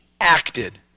acted